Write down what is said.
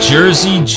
Jersey